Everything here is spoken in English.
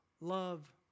Love